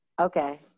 Okay